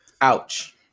Ouch